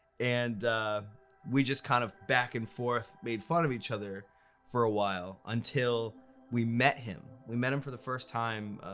and we just kind of back-and-forth made fun of each other for a while until we met him. we met him for the first time